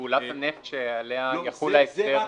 בפעולת הנפט שעליה יחול ההסדר?